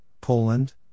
Poland